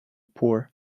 poor